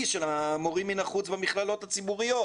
של המורים מן החוץ במכללות הציבוריות